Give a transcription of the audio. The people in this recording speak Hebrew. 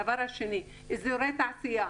הדבר השני, אזורי תעשייה.